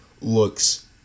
looks